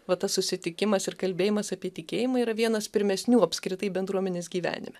va tas susitikimas ir kalbėjimas apie tikėjimą yra vienas pirmesnių apskritai bendruomenės gyvenime